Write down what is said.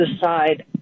aside